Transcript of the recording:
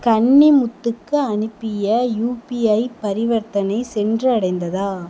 கன்னிமுத்துக்கு அனுப்பிய யுபிஐ பரிவர்த்தனை சென்று அடைந்ததா